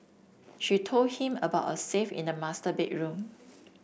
she told him about a safe in the master bedroom